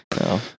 No